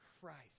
christ